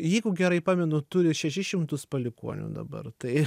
jeigu gerai pamenu turi šešis šimtus palikuonių dabar tai